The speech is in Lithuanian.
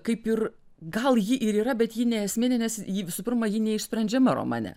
kaip ir gal ji ir yra bet ji ne esminė nes ji visų pirma ji neišsprendžiama romane